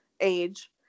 age